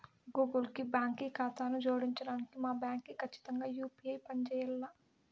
Google కి బాంకీ కాతాను జోడించడానికి మా బాంకీ కచ్చితంగా యూ.పీ.ఐ పంజేయాల్ల